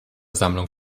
sammlung